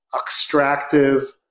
extractive